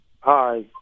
Hi